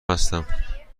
هستم